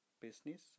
business